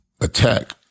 attack